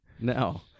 No